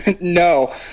No